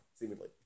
seemingly